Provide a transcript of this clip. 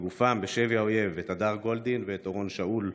בשבי האויב, את הדר גולדין ואת אורון שאול.